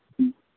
हं